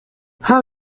how